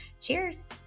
Cheers